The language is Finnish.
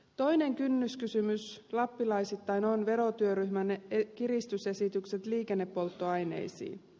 toinen kynnyskysymys lappilaisittain on verotyöryhmän kiristysesitykset liikennepolttoaineisiin